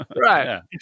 right